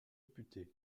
disputées